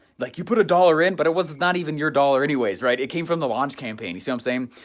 like you put a dollar in but it wasn't not even your dollar anyways, right? it came from the launch campaign, you see what i'm saying?